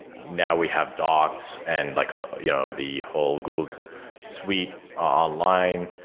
now we have docs and like you know the whole google suite online.